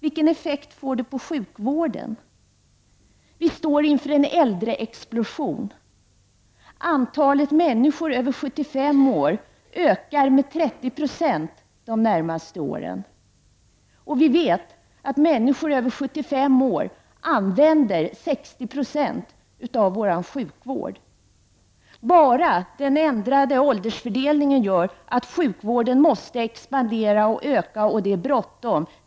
Vilka effekter får skattestoppet på sjukvården? Vi står inför en äldreexplosion. Antalet människor över 75 år ökar med 30 20 under de närmaste åren. Och vi vet att människor över 75 år använder 60 96 av sjukvården. Enbart den ändrade åldersfördelningen gör att sjukvården måste expandera och öka, och det är bråttom.